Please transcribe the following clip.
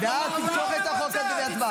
-- ואז תמשוך את החוק הזה מהצבעה.